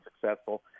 successful